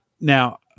Now